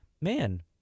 man